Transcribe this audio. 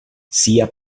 sia